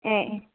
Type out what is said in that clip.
ꯑꯦ